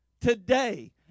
today